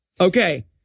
Okay